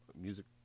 music